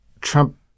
Trump